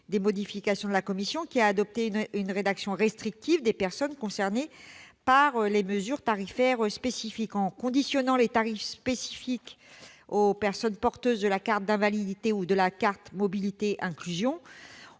des modifications apportées par la commission, qui a adopté une rédaction restrictive pour les personnes concernées par les mesures tarifaires spécifiques. En conditionnant le bénéfice des tarifs spécifiques aux personnes porteuses de la carte d'invalidité ou de la carte mobilité inclusion,